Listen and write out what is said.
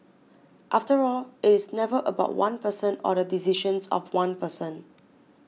after all it is never about one person or the decisions of one person